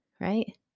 right